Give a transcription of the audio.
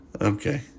Okay